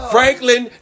Franklin